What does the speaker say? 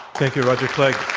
thank you, roger clegg.